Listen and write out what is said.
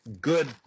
Good